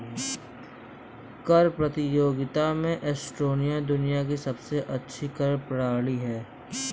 कर प्रतियोगिता में एस्टोनिया दुनिया की सबसे अच्छी कर प्रणाली है